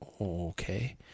okay